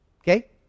Okay